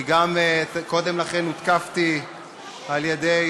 כי גם קודם לכן הותקפתי על-ידי